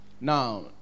now